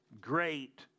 great